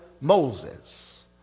Moses